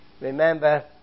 remember